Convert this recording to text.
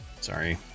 Sorry